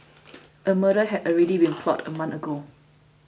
a murder had already been plotted a month ago